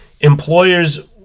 Employers